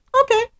okay